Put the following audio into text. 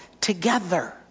together